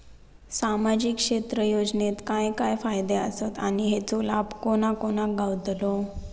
सामजिक क्षेत्र योजनेत काय काय फायदे आसत आणि हेचो लाभ कोणा कोणाक गावतलो?